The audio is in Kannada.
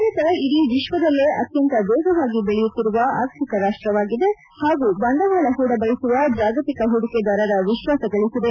ಭಾರತ ಇಡೀ ವಿಶ್ವದಲ್ಲೇ ಅತ್ಯಂತ ವೇಗವಾಗಿ ಬೆಳೆಯುತ್ತಿರುವ ಆರ್ಥಿಕ ರಾಷ್ಟ್ರವಾಗಿದೆ ಹಾಗೂ ಬಂಡವಾಳ ಹೂಡಬಯಸುವ ಜಾಗತಿಕ ಹೂಡಿಕೆದಾರರ ವಿಶ್ವಾಸ ಗಳಿಸಿದೆ